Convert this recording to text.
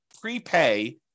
prepay